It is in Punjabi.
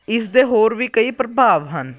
ਇਸ ਦੇ ਹੋਰ ਵੀ ਕਈ ਪ੍ਰਭਾਵ ਹਨ